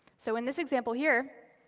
so in this example here,